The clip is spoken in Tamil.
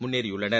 முன்னேறியுள்ளனர்